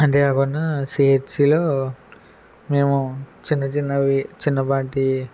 అంతే కాకుండా సిహెచ్సిలో మేము చిన్న చిన్నవి చిన్నపాటి